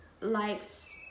likes